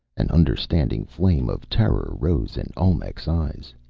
an understanding flame of terror rose in olmec's eyes.